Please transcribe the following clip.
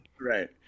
Right